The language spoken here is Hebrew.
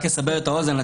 רק אסבר את האוזן,